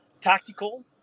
Tactical